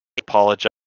apologize